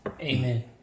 Amen